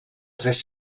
tres